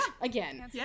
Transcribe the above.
again